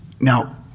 Now